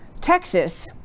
Texas